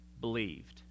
believed